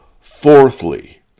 Fourthly